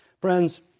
Friends